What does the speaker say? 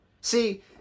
See